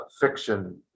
fiction